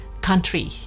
country